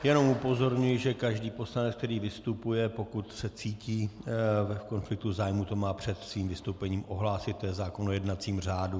Jenom upozorňuji, že každý poslanec, který vystupuje, pokud se cítí v konfliktu zájmů, to má před svým vystoupením ohlásit, to je zákon o jednacím řádu.